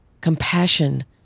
compassion